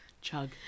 Chug